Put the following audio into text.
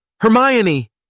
Hermione